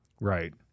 Right